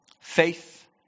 Faith